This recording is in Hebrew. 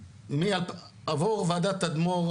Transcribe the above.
עבור וועדת תדמור,